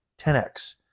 10x